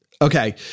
Okay